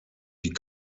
die